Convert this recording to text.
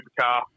supercar